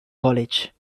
college